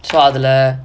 so அதுல:athula